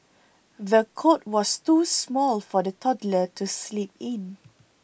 the cot was too small for the toddler to sleep in